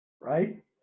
Right